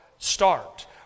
Start